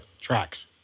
tracks